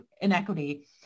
inequity